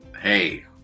hey